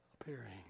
appearing